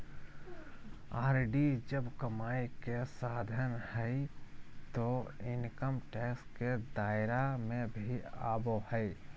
RD जब कमाई के साधन हइ तो इनकम टैक्स के दायरा में भी आवो हइ